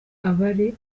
abari